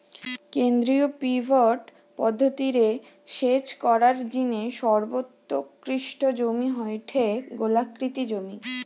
কেন্দ্রীয় পিভট পদ্ধতি রে সেচ করার জিনে সর্বোৎকৃষ্ট জমি হয়ঠে গোলাকৃতি জমি